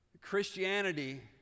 Christianity